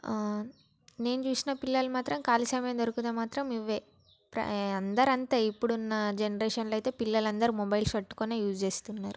ఆ నేను చూసిన పిల్లలు మాత్రం ఖాళీ సమయం దొరికితే మాత్రం ఇవే ఆ అందరంతే ఇప్పుడున్న జెనెరేషన్లో అయితే పిల్లలందరూ మొబైల్స్ పట్టుకునే యూస్ చేస్తున్నారు